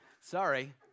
sorry